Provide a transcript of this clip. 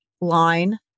line